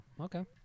okay